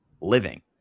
living